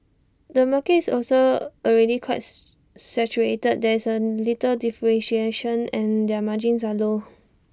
the market is also already quite saturated there is A little differentiation and margins are low